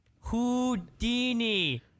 Houdini